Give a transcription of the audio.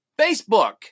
Facebook